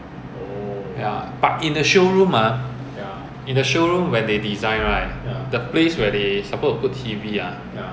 and false ceiling 怎么讲 leh